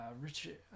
Richard